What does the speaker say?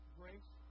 grace